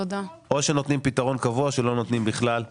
או שנותנים פתרון קבוע או שלא נותנים בכלל.